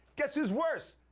guess who's worse?